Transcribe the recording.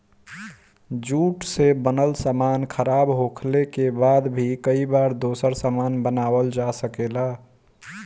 jute से बनल सामान खराब होखले के बाद भी कई बार दोसर सामान बनावल जा सकेला